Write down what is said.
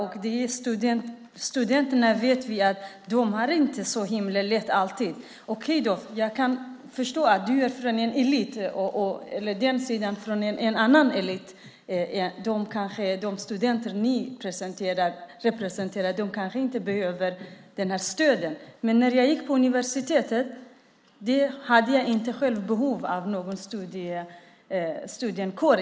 Vi vet att studenterna inte alltid har det så lätt. Jag kan förstå att du är från en elit och att de studenter som ni representerar kanske inte behöver detta stöd. Men när jag gick på universitetet hade jag själv egentligen inte behov av någon studentkår.